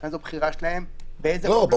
לכן זו בחירה שלהם באיזה חוב לבוא ובאיזה חוב לא לבוא.